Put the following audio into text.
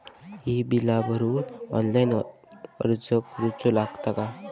ही बीला भरूक ऑनलाइन अर्ज करूचो लागत काय?